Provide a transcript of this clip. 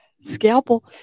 Scalpel